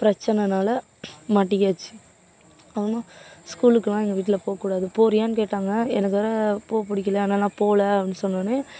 பிரச்சனைனால மாட்டியாச்சு அப்புறமா ஸ்கூலுக்கெல்லாம் எங்கள் வீட்டில் போக்கூடாது போறீயானு கேட்டாங்க எனக்கு வேற போக பிடிக்கலையா அதனால நான் போகல அப்படின்னு சொன்னவொடனே